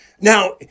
Now